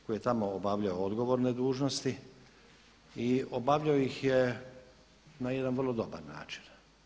Koji je tamo obavljao odgovorne dužnosti i obavljao ih je na jedan vrlo dobar način.